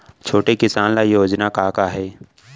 छोटे किसान ल योजना का का हे?